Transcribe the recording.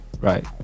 Right